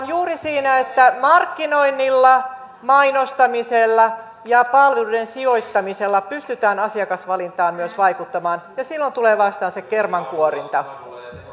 juuri siinä että markkinoinnilla mainostamisella ja palveluiden sijoittamisella pystytään asiakasvalintaan myös vaikuttamaan ja silloin tulee vastaan se kermankuorinta